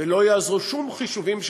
ולא יעזרו שום חישובים שבעולם.